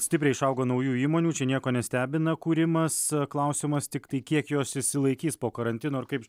stipriai išaugo naujų įmonių čia nieko nestebina kūrimas klausimas tiktai kiek jos išsilaikys po karantino ir kaip